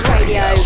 Radio